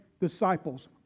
disciples